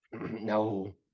no